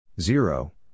Zero